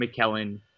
McKellen